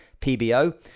PBO